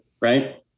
right